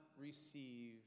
receive